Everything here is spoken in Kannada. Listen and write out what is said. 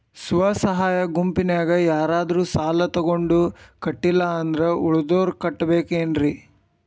ಸ್ವ ಸಹಾಯ ಗುಂಪಿನ್ಯಾಗ ಯಾರಾದ್ರೂ ಸಾಲ ತಗೊಂಡು ಕಟ್ಟಿಲ್ಲ ಅಂದ್ರ ಉಳದೋರ್ ಕಟ್ಟಬೇಕೇನ್ರಿ?